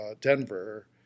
Denver